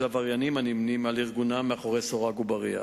עבריינים הנמנים עם ארגוניהם מאחורי סורג ובריח.